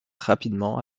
rapidement